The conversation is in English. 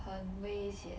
很危险